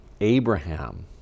Abraham